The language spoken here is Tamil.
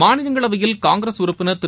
மாநிலங்களவையில் காங்கிரஸ் உறுப்பினர் திரு